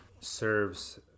serves